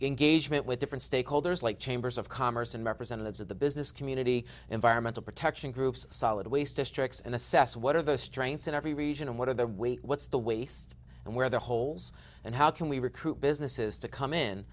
engagement with different stakeholders like chambers of commerce and representatives of the business community environmental protection groups solid waste districts and assess what are the strengths in every region and what are the way what's the waste and where the holes and how can we recruit businesses to come in